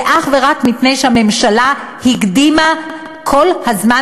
זה אך ורק מפני שהממשלה הקדימה כל הזמן